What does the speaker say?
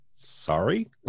Sorry